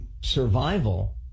survival